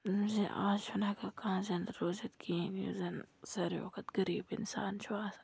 زِ آز چھُنہٕ ہٮ۪کان کانٛہہ زِنٛدٕ روٗزِتھ کِہیٖنۍ یُس زَن ساروِیو کھۄتہٕ غریٖب اِنسان چھُ آسان